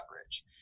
coverage